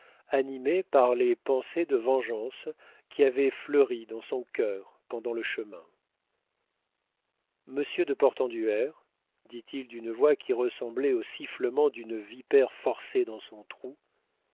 animée par les pensées de vengeance qui avaient fleuri dans son cœur pendant le chemin monsieur de portenduère dit-il d'une voix qui ressemblait au sifflement d'une vipère forcée dans son trou